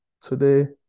today